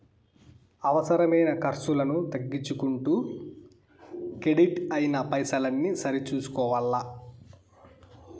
అవసరమైన కర్సులను తగ్గించుకుంటూ కెడిట్ అయిన పైసల్ని సరి సూసుకోవల్ల